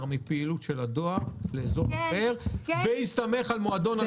מן הפעילות של הדואר לאזור אחר בהסתמך על מועדון הלקוחות?